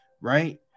right